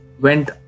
went